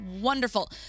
wonderful